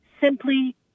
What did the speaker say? simply